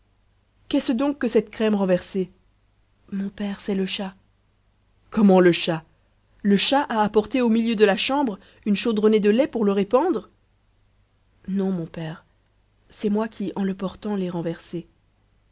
qu'est-ce donc que cette crème renversée mon père c'est le chat comment le chat le chat a apporté au milieu de la chambre une chaudronnée de lait pour le répandre non mon père c'est moi qui en le portant l'ai renversé